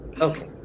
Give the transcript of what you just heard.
Okay